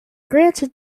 granted